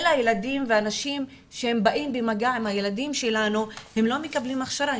אלה האנשים שבאים במגע עם הילדים שלנו והם לא מקבלים הכשרה,